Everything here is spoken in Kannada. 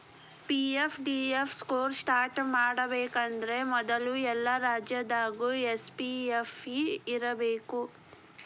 ಪಿ.ಎಫ್.ಡಿ.ಎಫ್ ಸ್ಕೇಮ್ ಸ್ಟಾರ್ಟ್ ಮಾಡಬೇಕಂದ್ರ ಮೊದ್ಲು ಎಲ್ಲಾ ರಾಜ್ಯದಾಗು ಎಸ್.ಪಿ.ಎಫ್.ಇ ಇರ್ಬೇಕು